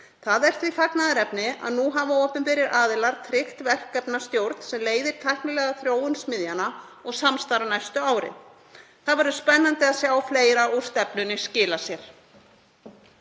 Því er fagnaðarefni að nú hafi opinberir aðilar tryggt verkefnastjórn sem leiðir tæknilega þróun smiðjanna og samstarf næstu árin. Það verður spennandi að sjá fleira úr stefnunni skila sér.